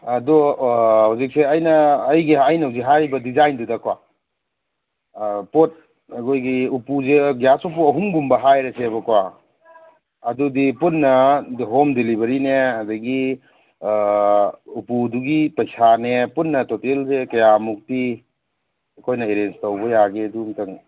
ꯑꯗꯣ ꯍꯧꯖꯤꯛꯁꯦ ꯑꯩꯅ ꯑꯩꯒꯤ ꯑꯩꯅ ꯍꯧꯖꯤꯛ ꯍꯥꯏꯔꯤꯕ ꯗꯤꯖꯥꯏꯟꯗꯨꯗꯀꯣ ꯄꯣꯠ ꯑꯩꯈꯣꯏꯒꯤ ꯎꯄꯨꯖꯦ ꯒ꯭ꯌꯥꯁ ꯎꯄꯨ ꯑꯍꯨꯝꯒꯨꯝꯕ ꯍꯥꯏꯔꯁꯦꯕꯀꯣ ꯑꯗꯨꯗꯤ ꯄꯨꯟꯅ ꯍꯣꯝ ꯗꯦꯂꯤꯚꯔꯤꯅꯦ ꯑꯗꯒꯤ ꯎꯄꯨꯗꯨꯒꯤ ꯄꯩꯁꯥꯅꯦ ꯄꯨꯟꯅ ꯇꯣꯇꯦꯜꯖꯦ ꯀꯌꯥꯃꯨꯛꯇꯤ ꯑꯩꯈꯣꯏꯅ ꯑꯦꯔꯦꯟꯖ ꯇꯧꯕ ꯌꯥꯒꯦ ꯑꯗꯨ ꯑꯝꯇꯪ